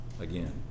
again